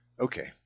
okay